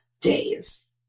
days